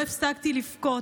לא הפסקתי לבכות.